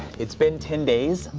it's been ten days.